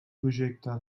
projecte